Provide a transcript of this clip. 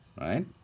right